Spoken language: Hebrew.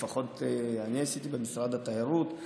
לפחות אני עשיתי במשרד התיירות,